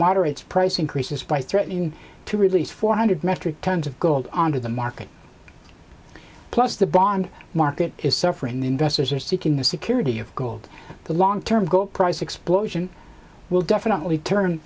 moderate price increases by threatening to release four hundred metric tons of gold onto the market plus the bond market is suffering and investors are seeking the security of gold the long term gold price explosion will definitely turn